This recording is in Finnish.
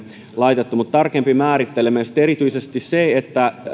laitettu mutta tarkempi määritteleminen sitten erityisesti se että